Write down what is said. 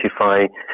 identify